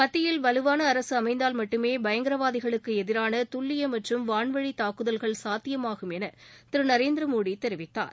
மத்தியில் வலுவான அரசு அமைந்தால் மட்டுமே பயங்கரவாதிகளுக்கு எதிரான துல்லிய மற்றும் வான்வழி தாக்குதல்கள் சாத்தியமாகும் என திரு நரேந்திர மோடி தெரிவித்தார்